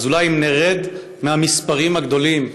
אז אולי נרד מהמספרים הגדולים,